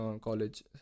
college